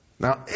Now